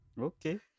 Okay